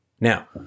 Now